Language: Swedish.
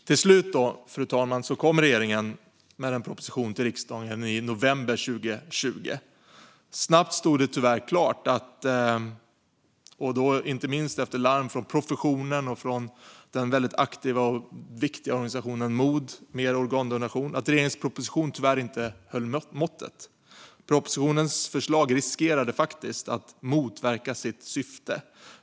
Till slut, fru talman, kom regeringen med en proposition till riksdagen i november 2020. Snabbt stod det tyvärr klart, inte minst efter att larm från professionen och den väldigt aktiva och viktiga organisationen MOD Mer Organdonation, att regeringens proposition inte höll måttet. Propositionens förslag riskerade faktiskt att motverka sitt syfte.